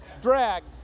dragged